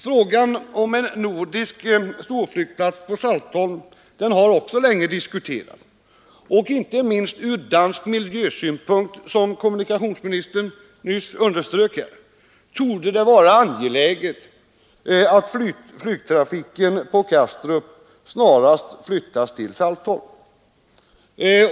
Frågan om en nordisk storflygplats på Saltholm har också diskuterats länge. Inte minst från dansk miljösynpunkt, som kommunikationsministern här underströk, torde det vara angeläget att flygtrafiken på Kastrup snarast flyttas till Saltholm.